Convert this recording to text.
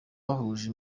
bahuje